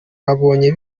abonye